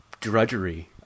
drudgery